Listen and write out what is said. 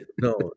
No